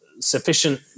sufficient